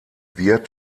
wird